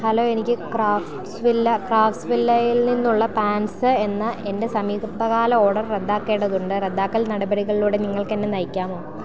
hello എനിക്ക് ക്രാഫ്റ്റ്സ്വില്ലയിൽ നിന്നുള്ള പാന്റ്സ് എന്ന എൻ്റെ സമീപകാല ഓര്ഡർ റദ്ദാക്കേണ്ടതുണ്ട് റദ്ദാക്കൽ നടപടികളിലൂടെ നിങ്ങൾക്കെന്നെ നയിക്കാമോ